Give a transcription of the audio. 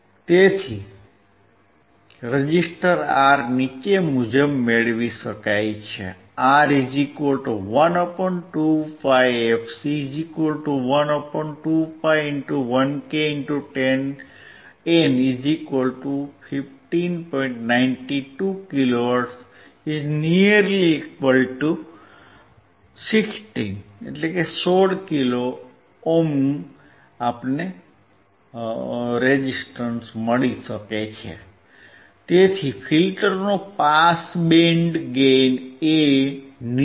તેથી resistor R નીચે મુજબ મેળવી શકાય R1 R2 10 kilo ohm